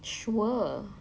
sure